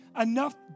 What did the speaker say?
Enough